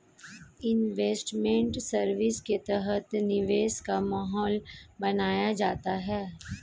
investment service के तहत निवेश का माहौल बनाया जाता है